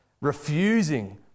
refusing